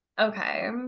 Okay